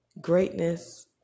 Greatness